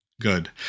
Good